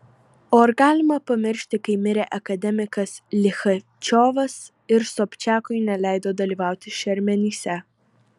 o ar galima pamiršti kai mirė akademikas lichačiovas ir sobčiakui neleido dalyvauti šermenyse